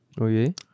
Okay